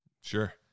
Sure